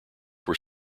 were